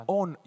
on